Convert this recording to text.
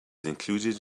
included